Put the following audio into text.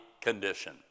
condition